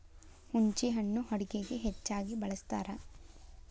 ಹುಂಚಿಹಣ್ಣು ಅಡುಗೆಗೆ ಹೆಚ್ಚಾಗಿ ಬಳ್ಸತಾರ